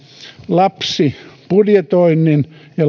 lapsibudjetoinnin ja